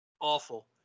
awful